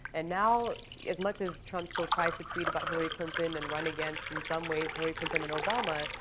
and now, as much as trump still tries to tweet about hillary clinton and run against, in some ways, hillary clinton and obama,